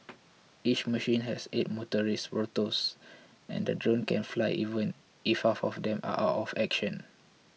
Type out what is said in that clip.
each machine has eight motorised rotors and the drone can fly even if half of them are out of action